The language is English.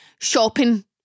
shopping